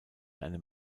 einem